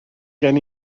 gen